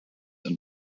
and